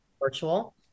virtual